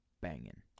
Banging